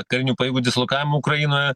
karinių pajėgų dislokavimo ukrainoje